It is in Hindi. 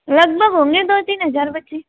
लगभग होंगे दो तीन हज़ार बच्चे